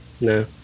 no